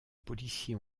policiers